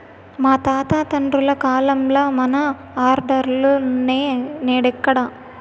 మా తాత తండ్రుల కాలంల మన ఆర్డర్లులున్నై, నేడెక్కడ